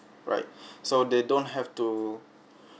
right so they don't have to